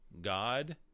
god